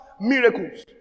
miracles